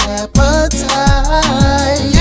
appetite